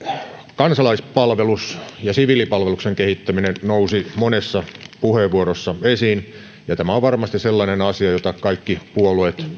kansalaispalvelus ja siviilipalveluksen kehittäminen nousivat monessa puheenvuorossa esiin tämä on varmasti sellainen asia johon kaikki puolueet